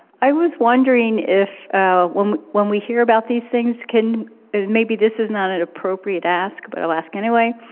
i was wondering if when when we hear about these things can maybe this is not an appropriate ask but i'll ask anyway.